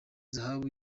zahabu